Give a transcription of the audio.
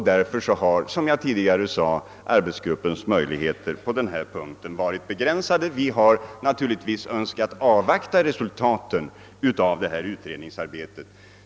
Därför har, som jag tidigare sade, arbetsgruppens möjligheter varit begränsade. Vi har naturligtvis velat avvakta resultaten av utredningsarbetet.